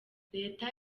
leta